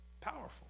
Powerful